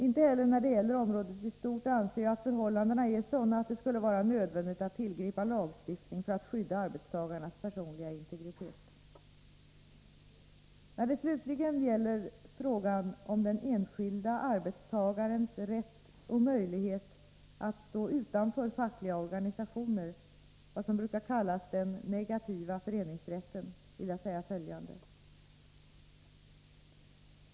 Inte heller när det gäller området i stort anser jag att förhållandena är sådana att det skulle vara nödvändigt att tillgripa lagstiftning för att skydda arbetstagarnas personliga integritet. När det slutligen gäller frågan om den enskilda arbetstagarens rätt och möjlighet att stå utanför fackliga organisationer, vad som brukar kallas den negativa föreningsrätten, vill jag säga följande.